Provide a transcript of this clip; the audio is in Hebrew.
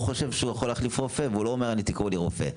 לא חושב שהוא יכול להחליף רופא ולא מבקש שיקראו לו רופא.